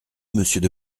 monsieur